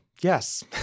yes